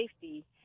safety